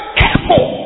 careful